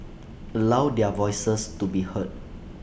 allow their voices to be heard